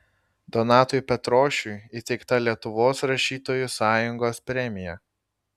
donatui petrošiui įteikta lietuvos rašytojų sąjungos premija